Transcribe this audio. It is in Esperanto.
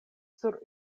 sur